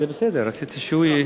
זה בסדר, רציתי שהוא,